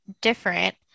different